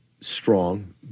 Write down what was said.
strong